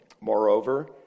Moreover